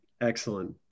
Excellent